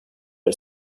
del